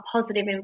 positive